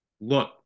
Look